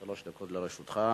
שלוש דקות לרשותך.